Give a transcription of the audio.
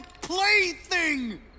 plaything